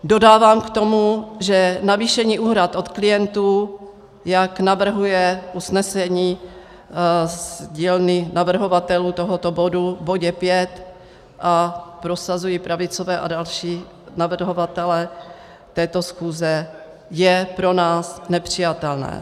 Dodávám k tomu, že navýšení úhrad od klientů, jak navrhuje usnesení z dílny navrhovatelů tohoto bodu v bodě 5, které prosazují pravicoví a další navrhovatelé této schůze, je pro nás nepřijatelné.